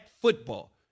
football